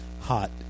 hot